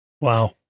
Wow